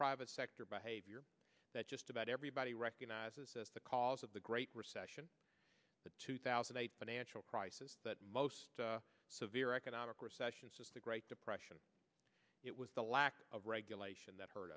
private sector behavior that just about everybody recognizes as the cause of the great recession the two thousand and eight financial crisis that most severe economic recession since the great depression it was the lack of regulation that hurt